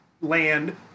land